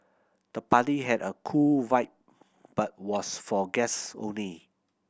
the party had a cool vibe but was for guests only